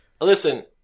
Listen